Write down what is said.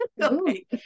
Okay